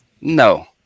No